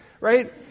Right